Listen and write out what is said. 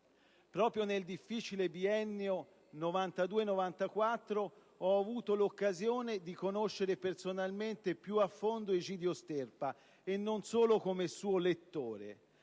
Proprio nel difficile biennio 1992-1994 ho avuto l'occasione di conoscere personalmente e più a fondo Egidio Sterpa, e non solo come suo lettore.